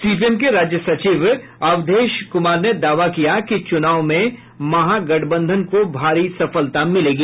CPM के राज्य सचिव अवधेश कुमार ने दावा किया कि चूनाव में महागठबंधन को भारी सफलता मिलेगी